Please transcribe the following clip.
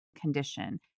condition